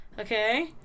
okay